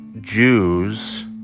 Jews